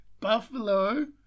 Buffalo